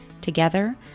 Together